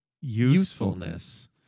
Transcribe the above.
usefulness